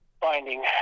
finding